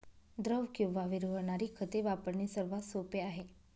द्रव किंवा विरघळणारी खते वापरणे सर्वात सोपे आहे